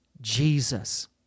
Jesus